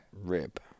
Rib